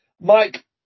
Mike